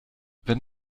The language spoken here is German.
wenn